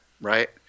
Right